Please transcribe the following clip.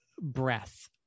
breath